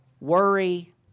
worry